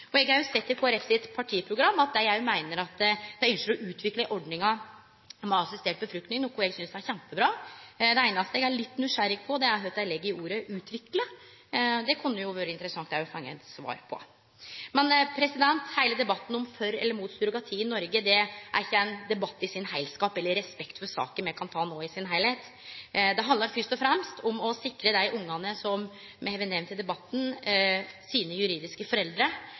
Eg har sett i Kristeleg Folkeparti sitt partiprogram at dei òg ynskjer å utvikle ordningar med assistert befrukting, noko eg synest er kjempebra. Det einaste eg er litt nysgjerrig på, er kva dei legg i ordet «utvikle». Det kunne det jo vere interessant å få eit svar på. I respekt for saka er heile debatten om for eller mot surrogati i Noreg ikkje ein debatt me kan ha no i sin heilskap. Det handlar no fyrst og fremst om å sikre dei ungane som me har nemnt i debatten, som står utan juridiske